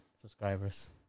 subscribers